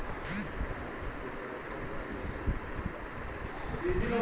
क्या छोटे दर्जे के किसान खेत खरीदने के लिए ऋृण के पात्र हैं?